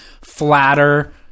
flatter